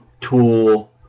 tool